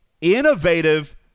innovative